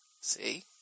See